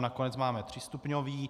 Nakonec máme třístupňový.